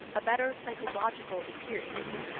a better psychological experience.